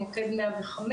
מוקד 105,